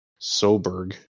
Soberg